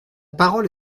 parole